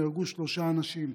נהרגו שלושה אנשים: